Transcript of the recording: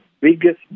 biggest